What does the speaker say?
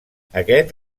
aquests